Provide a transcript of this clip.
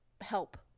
help